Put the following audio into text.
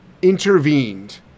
intervened